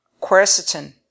Quercetin